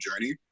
journey